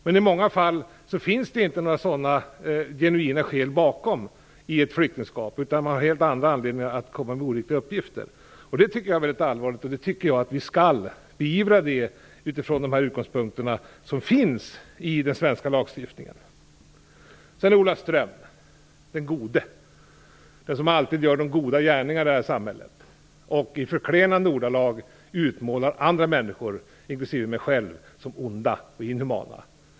Men i många fall finns det inte några sådana genuina skäl, utan dessa människor har helt andra anledningar att komma med oriktiga uppgifter. Det tycker jag är mycket allvarligt, och det tycker jag att vi skall beivra utifrån de utgångspunkter som finns i den svenska lagstiftningen. Sedan vill jag säga något till Ola Ström - den gode och den som alltid gör de goda gärningarna i detta samhälle och som i förklenande ordalag utmålar andra människor, inklusive mig själv, som onda och inhumana.